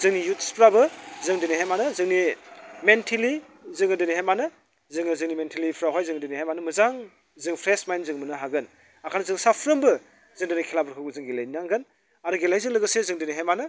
जोंनि इयुथ्सफ्राबो जों दिनैहाय मानो जोंनि मेनटेलि जोङो दिनैहाय मानो जोङो जोंनि मेटेलिफ्रावहाय जोङो दिनैहाय मानो मोजां जों फ्रेश माइन्ड जों मोननो हागोन बेखायनो जों साफ्रोमबो जों दिनै खेलाफोरखौ जों गेलेनांगोन आरो गेलेनायजों लोगोसे जों दिनैहाय मानो